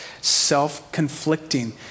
self-conflicting